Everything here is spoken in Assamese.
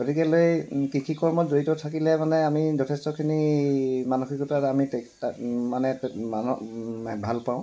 গতিকেলৈ কৃষি কৰ্মত জড়িত থাকিলে মানে আমি যথেষ্টখিনি মানসিকতা আমি মানে ভাল পাওঁ